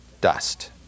Dust